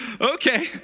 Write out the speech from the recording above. okay